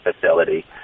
facility